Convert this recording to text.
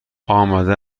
آمده